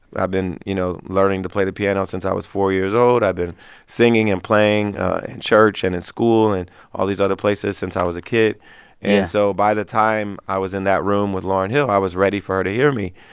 i've been, you know, learning to play the piano since i was four years old. i've been singing and playing in church and in school and all these other places since i was a kid yeah and so by the time i was in that room with lauryn hill, i was ready for her to hear me.